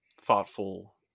Thoughtful